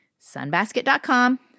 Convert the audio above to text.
sunbasket.com